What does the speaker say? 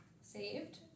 saved